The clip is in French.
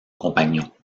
compagnon